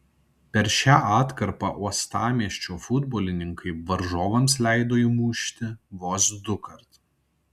per šią atkarpą uostamiesčio futbolininkai varžovams leido įmušti vos dukart